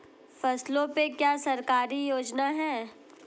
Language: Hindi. फसलों पे क्या सरकारी योजना है?